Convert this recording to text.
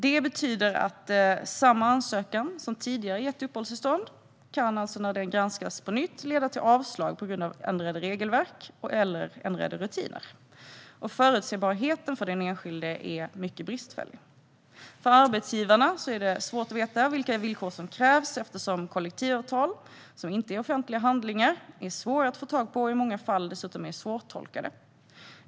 Det betyder att samma ansökan som tidigare gett uppehållstillstånd kan när den granskas på nytt leda till avslag på grund av ändrade regelverk eller ändrade rutiner. Förutsägbarheten för den enskilde är mycket bristfällig. För arbetsgivarna är det svårt att veta vilka villkor som krävs eftersom kollektivavtal, som inte är offentliga handlingar, är svåra att få tag på och i många fall dessutom är svårtolkade.